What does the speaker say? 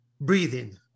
breathing